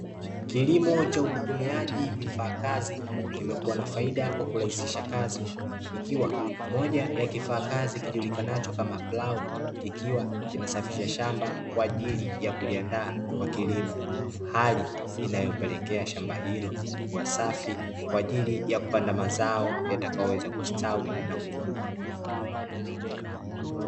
Kilimo cha utumiaji vifaa kazi kimekuwa na faida kwa kurahisisha kazi, ikiwa moja ya kifaa kazi kijulikanacho kama plau, kikiwa kinasafisha shamba kwa ajili ya kuliandaa kwa kilimo, hali inayopelekea shamba hilo kuwa safi kwa ajili ya kupanda mazao yatakayoweza kustawi na kukua.